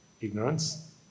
ignorance